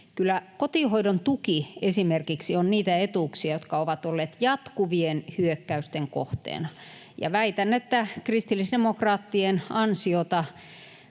kotihoidon tuki on niitä etuuksia, jotka ovat olleet jatkuvien hyökkäysten kohteena, ja väitän, että kristillisdemokraattien ansiota